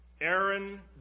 Aaron